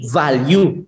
value